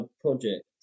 project